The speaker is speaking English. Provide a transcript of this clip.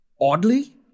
oddly